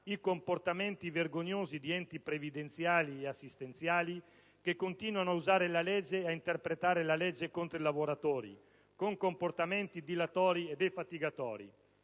i comportamenti vergognosi di enti previdenziali ed assistenziali che continuano ad usare e ad interpretare la legge contro i lavoratori con comportamenti dilatori e defatigatori.